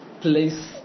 place